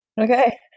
okay